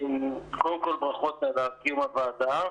קודם כול ברכות על קיום ישיבת הוועדה.